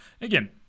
again